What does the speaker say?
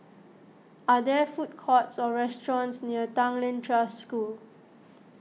are there food courts or restaurants near Tanglin Trust School